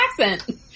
accent